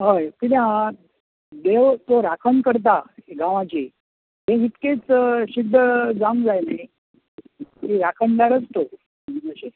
हय कितें आहा देव जो राखण करता गांवाची हें तितकेंच सिद्द जावंक जाय न्ही की राखणदारच तो अशें